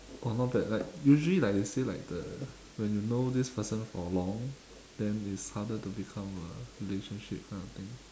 !wah! not bad like usually like they say like the when you know this person for long then it's harder to become a relationship kind of thing